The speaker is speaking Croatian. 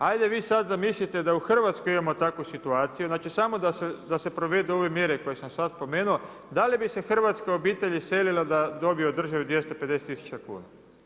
Hajde vi sad zamislite da u Hrvatskoj imamo takvu situaciju, znači samo da se provedu ove mjere koje sam sad spomenuo da li bi se hrvatske obitelji selile da dobiju od države 250000 kuna?